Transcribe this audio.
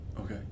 okay